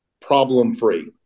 problem-free